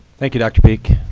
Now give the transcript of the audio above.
thank you, dr peak.